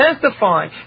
testify